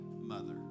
mother